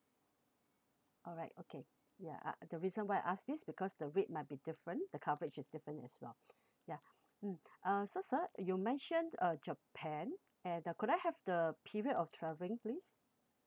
alright okay ya the reason why I ask this because the rate might be different the coverage is different as well ya mm uh so sir you mentioned uh japan and uh could I have the period of travelling please